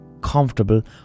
comfortable